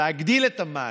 להגדיל את המענק,